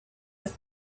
with